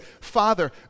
father